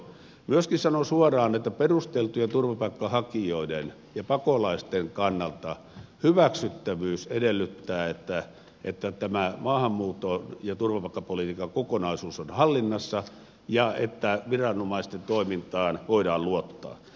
myöskin sanon suoraan että perusteltujen turvapaikanhakijoiden ja pakolaisten kannalta hyväksyttävyys edellyttää että tämä maahanmuutto ja turvapaikkapolitiikan kokonaisuus on hallinnassa ja että viranomaisten toimintaan voidaan luottaa